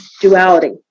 duality